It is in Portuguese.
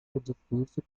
edifício